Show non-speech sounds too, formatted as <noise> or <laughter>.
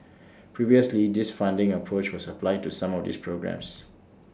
<noise> previously this funding approach was applied to some of these programmes